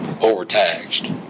overtaxed